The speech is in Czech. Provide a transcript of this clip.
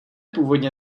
původně